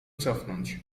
cofnąć